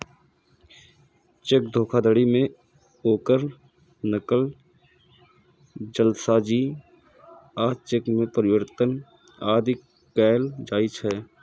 cheque धोखाधड़ी मे ओकर नकल, जालसाजी आ चेक मे परिवर्तन आदि कैल जाइ छै